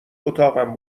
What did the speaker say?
اتاقم